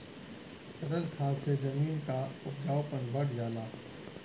तरल खाद से जमीन क उपजाऊपन बढ़ जाला